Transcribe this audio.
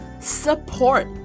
support